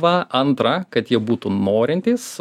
va antra kad jie būtų norintys